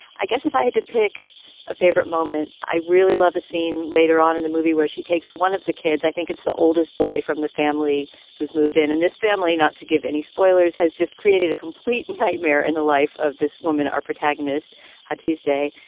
i guess if i had to pick a favorite moment, i really love a scene later on in the movie where she takes one of the kids. i think it's the oldest boy from the family who's moved in in this family. not to give any spoilers has just created a complete nightmare in the life of this woman. our protagonist had his day,